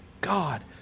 God